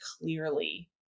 clearly